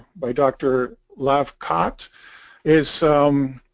by dr laffcott is